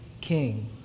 king